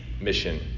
mission